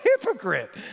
hypocrite